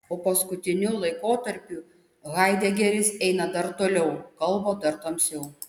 o paskutiniu laikotarpiu haidegeris eina dar toliau kalba dar tamsiau